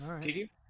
Kiki